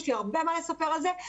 יש לי הרבה מה לספר על זה,